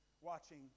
watching